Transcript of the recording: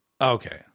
okay